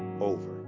over